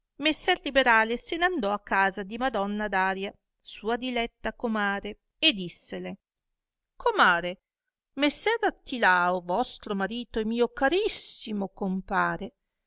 messer liberale se n'andò a casa di madonna daria sua diletta comare e dissele comare messer artilao vostro marito e mio carissimo compare